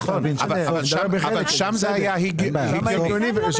אבל שם זה היה הגיוני.